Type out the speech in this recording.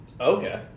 Okay